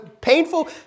painful